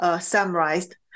summarized